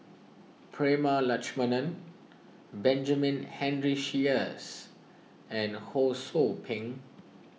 Prema Letchumanan Benjamin Henry Sheares and Ho Sou Ping